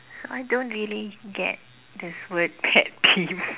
I don't really get this word pet peeves